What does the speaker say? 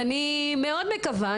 ואני מאוד מקווה.